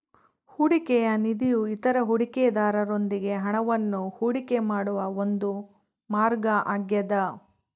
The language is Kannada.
ಹೂಡಿಕೆಯ ನಿಧಿಯು ಇತರ ಹೂಡಿಕೆದಾರರೊಂದಿಗೆ ಹಣವನ್ನು ಹೂಡಿಕೆ ಮಾಡುವ ಒಂದು ಮಾರ್ಗ ಆಗ್ಯದ